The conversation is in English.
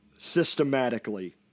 Systematically